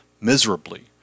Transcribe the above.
miserably